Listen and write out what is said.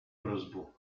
prosbu